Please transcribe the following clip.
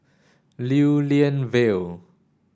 Lew Lian Vale